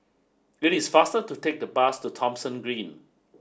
it is faster to take the bus to Thomson Green